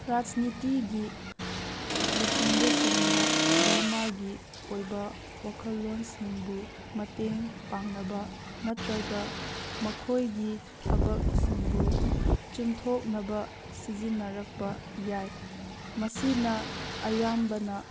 ꯔꯥꯖꯅꯤꯇꯤꯒꯤ ꯂꯨꯆꯤꯡꯕꯁꯤꯡꯅ ꯙꯔꯃꯒꯤ ꯑꯣꯏꯕ ꯋꯥꯈꯜꯂꯣꯟꯁꯤꯡꯕꯨ ꯃꯇꯦꯡ ꯄꯥꯡꯅꯕ ꯅꯠꯇ꯭ꯔꯒ ꯃꯈꯣꯏꯒꯤ ꯊꯕꯛꯁꯤꯡꯕꯨ ꯆꯨꯝꯊꯣꯛꯅꯕ ꯁꯤꯖꯤꯟꯅꯔꯛꯄ ꯌꯥꯏ ꯃꯁꯤꯅ ꯑꯌꯥꯝꯕꯅ